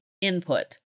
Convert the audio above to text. input